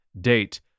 date